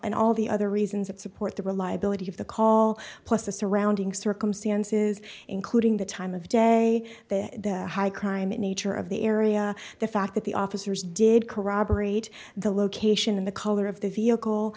all the other reasons that support the reliability of the call plus the surrounding circumstances including the time of day that high crime nature of the area the fact that the officers did corroborate the location and the color of the vehicle